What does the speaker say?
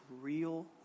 real